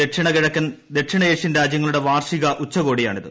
ദക്ഷിണ കിഴക്കൻ ദക്ഷിണ ഏഷ്യൻ രാജ്യങ്ങളുടെ വാർഷിക ഉച്ചകോടിയാണിത്